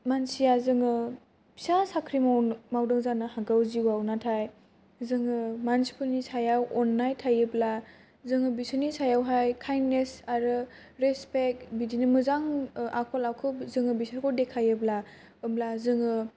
मानसिया जोङो फिसा साख्रि माव मावदों जानो हागौ जिउआव नाथाय जोङो मानसि फोरनि सायाव अननाय थायोब्ला जोङो बिसोरनि सायाव हाय काइन्दनेस आरो रेसफेक्ट बिदिनो मोजां आखल आखु जोङो बिसोरखौ देखायोब्ला ओमब्ला जोङो